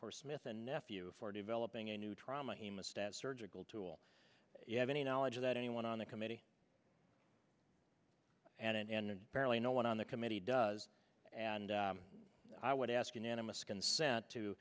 for smith and nephew for developing a new trauma hemostats surgical tool you have any knowledge of that anyone on the committee and apparently no one on the committee does and i would ask unanimous consent to